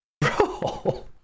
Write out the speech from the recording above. bro